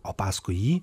o paskui jį